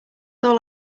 all